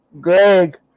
Greg